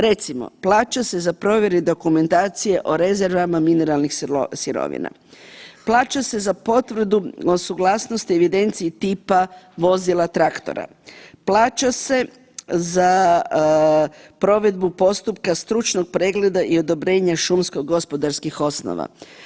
Recimo, plaća se za provjere dokumentacije o rezervama mineralnih sirovina, plaća se za potvrdu o suglasnosti i evidenciji tipa vozila traktora, plaća se za provedbu postupka stručnog pregleda i odobrenja šumsko gospodarskih osnova.